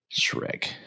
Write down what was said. Shrek